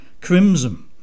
crimson